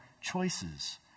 choices